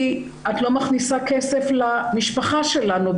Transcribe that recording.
בעלה אומר: את לא מכניסה כסף למשפחה שלנו.